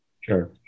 Sure